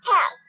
Tap